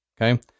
Okay